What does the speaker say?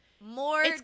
More